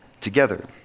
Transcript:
together